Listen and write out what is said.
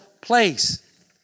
place